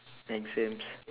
mentioned